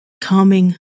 calming